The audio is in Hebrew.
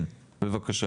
כן, בבקשה.